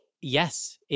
Yes